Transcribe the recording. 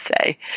say